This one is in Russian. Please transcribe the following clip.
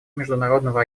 международного